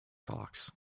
fox